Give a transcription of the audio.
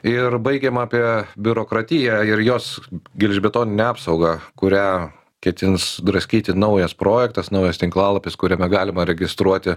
ir baigėm apie biurokratiją ir jos gelžbetoninę apsaugą kurią ketins draskyti naujas projektas naujas tinklalapis kuriame galima registruoti